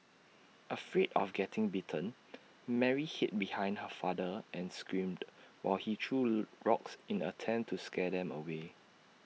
afraid of getting bitten Mary hid behind her father and screamed while he threw rocks in an attempt to scare them away